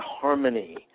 harmony